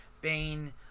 Bane